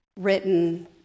written